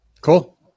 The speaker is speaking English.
cool